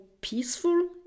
peaceful